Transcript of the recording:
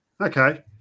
Okay